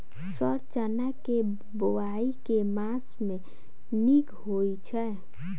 Sir चना केँ बोवाई केँ मास मे नीक होइ छैय?